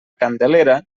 candelera